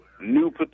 new